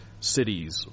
cities